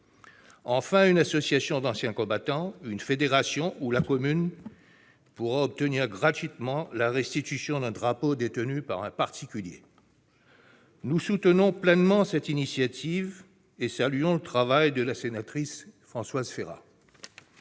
Enfin, une association d'anciens combattants, une fédération ou la commune pourra obtenir gratuitement la restitution d'un drapeau détenu par un particulier. Nous soutenons pleinement cette initiative et saluons le travail de la sénatrice Françoise Férat.